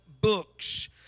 books